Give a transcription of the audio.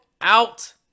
out